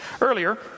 earlier